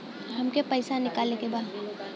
हमके पैसा निकाले के बा